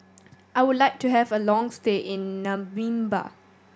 I would like to have a long stay in Namibia